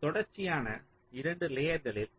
இப்போது தொடர்ச்சியான 2 லேயர்களில்